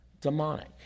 demonic